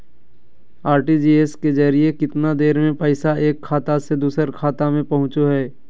RTGS के जरिए कितना देर में पैसा एक खाता से दुसर खाता में पहुचो है?